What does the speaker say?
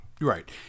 Right